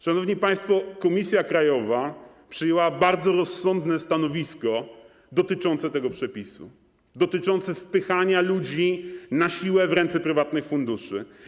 Szanowni państwo, Komisja Krajowa przyjęła bardzo rozsądne stanowisko dotyczące tego przepisu, dotyczące wpychania ludzi na siłę w ręce prywatnych funduszy.